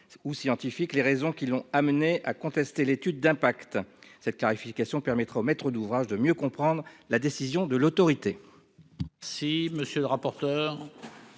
ou scientifiques, les raisons qui l'ont amené à contester l'étude d'impact. Cette clarification permettra au maître d'ouvrage de mieux comprendre la décision de l'autorité.